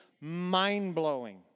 mind-blowing